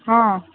ಹಾಂ